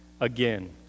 again